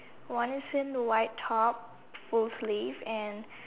one is in the white top full sleeve and